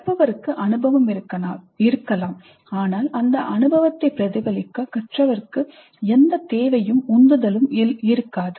கற்பவருக்கு அனுபவம் இருக்கலாம் ஆனால் அந்த அனுபவத்தை பிரதிபலிக்க கற்றவருக்கு எந்த தேவையும் உந்துதலும் இருக்காது